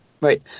Right